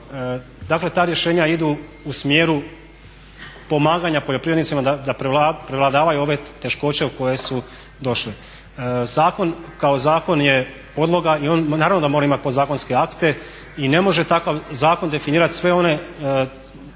Dakle, ta rješenja idu u smjeru pomaganja poljoprivrednicima da prevladavaju ove teškoće u koje su došli. Zakon kao zakon je podloga i on naravno da mora imati podzakonske akte i ne može takav zakon definirat sve one